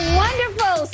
wonderful